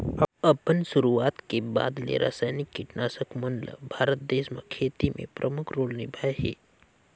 अपन शुरुआत के बाद ले रसायनिक कीटनाशक मन ल भारत देश म खेती में प्रमुख रोल निभाए हे